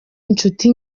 inshuti